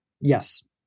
yes